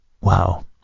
wow